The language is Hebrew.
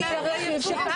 אם יוצבע